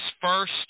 first